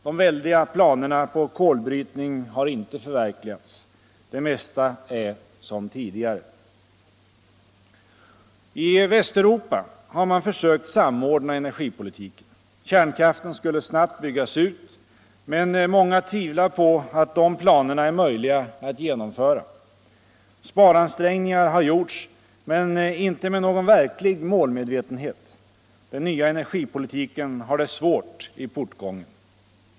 De väldiga planerna på kolbrytning har inte förverkligats. Det mesta är som tidigare. I Västeuropa har man försökt samordna energipolitiken. Kärnkraften skulle snabbt byggas ut. Men många tvivlar på att de planerna är möjliga att genomföra. Sparansträngningar har gjorts men inte med någon verklig målmedvetenhet. Den nya energipolitiken har det svårt i portgången.